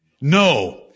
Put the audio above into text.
No